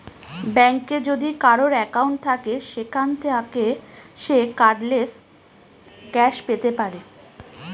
ব্যাঙ্কে যদি কারোর একাউন্ট থাকে সেখান থাকে সে কার্ডলেস ক্যাশ পেতে পারে